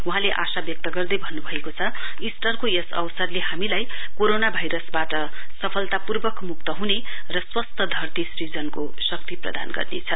वहाँले आशा व्यक्त गर्दै भन्नुभएको छ ईस्टरको यस अवसरले हामीलाई कोरोना भाइरसवाट सफलतापूर्वक मुक्त हुने र स्वस्थ धरती सृजनको शक्ति प्रदान गर्नेछ